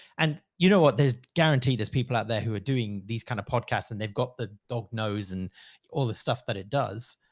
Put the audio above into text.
and you know what? there's guarantee there's people out there who are doing these kinds kind of podcasts and they've got the dog nose and all the stuff that it does.